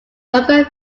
local